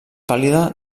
pàl·lida